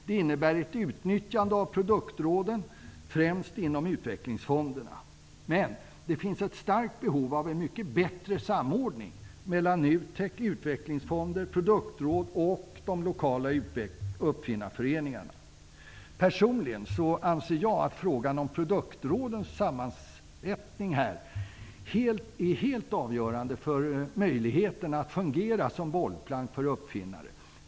Det innebär ett utnyttjande av produktråden, främst inom utvecklingsfonderna. Men det finns ett starkt behov av en mycket bättre samordning mellan Personligen anser jag att frågan om produktrådens sammansättning är helt avgörande för möjligheterna att fungera som bollplank för uppfinnare.